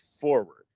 forward